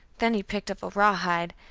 then he picked up a rawhide,